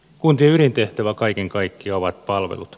kuntien ydintehtävä kaiken kaikkiaan ovat palvelut